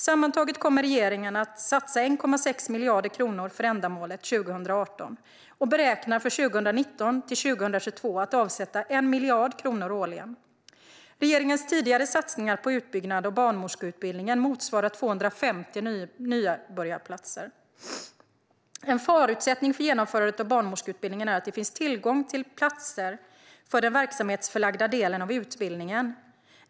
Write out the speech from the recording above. Sammantaget kommer regeringen 2018 att satsa 1,6 miljarder kronor för ändamålet och beräknar för 2019-2022 att avsätta 1 miljard kronor årligen. Regeringens tidigare satsningar på utbyggnad av barnmorskeutbildningen motsvarar 250 nybörjarplatser. En förutsättning för genomförandet av barnmorskeutbildningen är att det finns tillgång till platser för den verksamhetsförlagda delen av utbildningen.